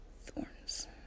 thorns